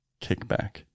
kickback